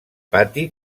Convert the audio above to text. pati